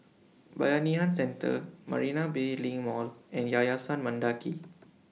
Bayanihan Centre Marina Bay LINK Mall and Yayasan Mendaki